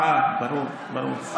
אה, ברור, ברור.